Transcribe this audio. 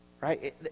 right